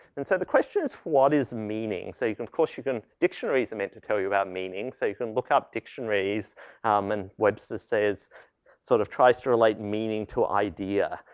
and so, the question is what is meaning? so, you can of course you can dictionaries are meant to tell you about meanings. so, you can look up dictionaries um, and webster says sort of tries to relate meaning to idea.